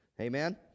Amen